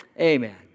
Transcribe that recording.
Amen